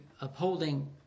upholding